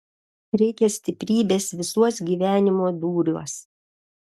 reikia stiprybės visuos gyvenimo dūriuos